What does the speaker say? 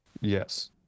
Yes